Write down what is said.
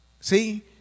See